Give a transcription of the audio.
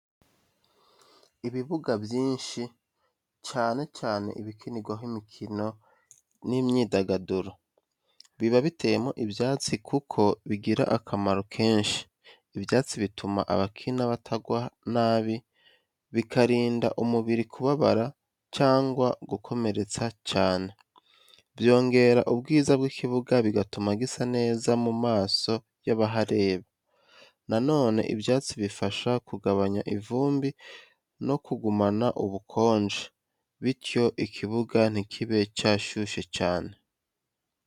Ibibuga byinshi, cyane cyane ibikinirwaho imikino n’imyidagaduro, biba biteyemo ibyatsi kuko bigira akamaro kenshi. Ibyatsi bituma abakina batagwa nabi, bikarinda umubiri kubabara cyangwa gukomeretsa cyane. Byongera ubwiza bw’ikibuga bigatuma gisa neza mu maso y’abahareba. Na none ibyatsi bifasha kugabanya ivumbi no kugumana ubukonje, bityo ikibuga ntikibe cyashyushye cyane.